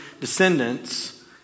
descendants